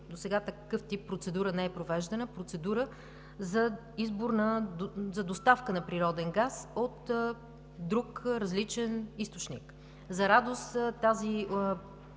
досега такъв тип процедура не е провеждана – процедура за избор за доставка на природен газ от друг, различен източник. За радост тази